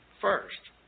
First